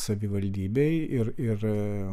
savivaldybei ir ir